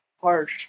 harsh